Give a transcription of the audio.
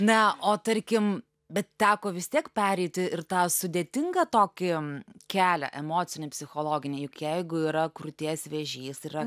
na o tarkim bet teko vis tiek pereiti ir tą sudėtingą tokį kelią emocinį psichologinį juk jeigu yra krūties vėžys yra